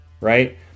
Right